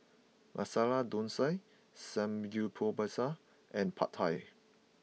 Masala Dosa Samgeyopsal and Pad Thai